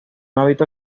hábito